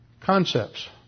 concepts